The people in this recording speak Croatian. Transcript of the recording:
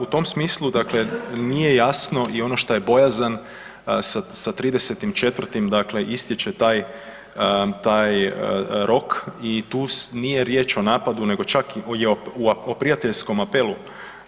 U tom smislu nije jasno i ono što je bojazan sa 30.4. ističe taj rok i tu nije riječ o napadu nego čak o prijateljskom apelu